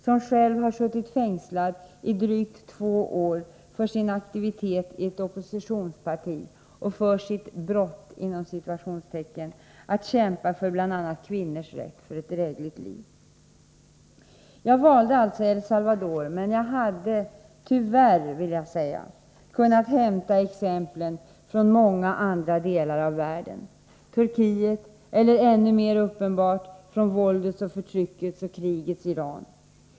Hon har själv suttit fängslad drygt två år för sin aktivitet i ett oppositionsparti och för sitt ”brott” att kämpa för bl.a. kvinnors rätt till ett drägligt liv. Jag valde alltså El Salvador, men jag hade — tyvärr vill jag säga — kunnat hämta exemplen från många andra delar av världen, t.ex. från Turkiet eller, ännu mera uppenbart, från våldets, förtryckets och krigets Iran.